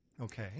Okay